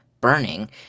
burning